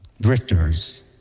drifters